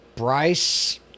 Bryce